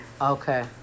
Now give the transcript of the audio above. Okay